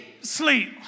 sleep